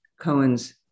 Cohen's